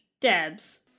Debs